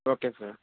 okay sir